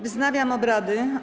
Wznawiam obrady.